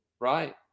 right